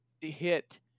hit